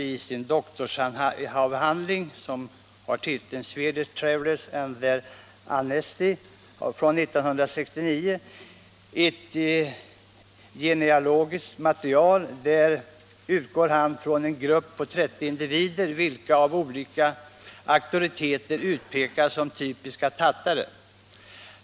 I sin doktorsavhandling Swedish Travellers and their Ancestry från år 1969 analyserar han ett genealogiskt material där han utgår från en grupp på 30 individer vilka av olika auktoriteter utpekas som typiska tattare.